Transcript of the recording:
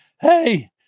Hey